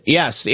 Yes